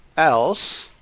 else.